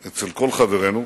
אצל כל חברינו,